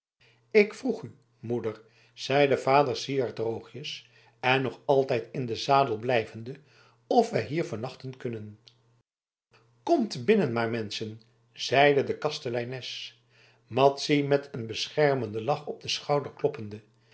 ik vroeg u moeder zeide vader syard droogjes en nog altijd in den zadel blijvende of wij hier vernachten kunnen komt binnen maar menschen zeide de kasteleines madzy met een beschermenden lach op den schouder kloppende